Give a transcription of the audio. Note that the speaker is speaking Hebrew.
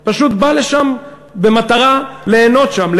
אלא פשוט בא לשם במטרה ליהנות שם,